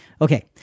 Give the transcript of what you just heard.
Okay